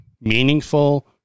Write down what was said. meaningful